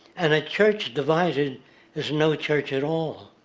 and a church divided is no church at all.